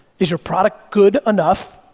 is your product good enough,